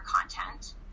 content